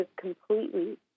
completely